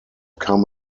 come